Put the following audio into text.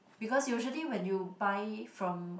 because usually when you buy from